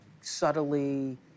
subtly